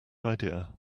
idea